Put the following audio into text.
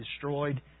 destroyed